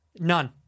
None